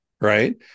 right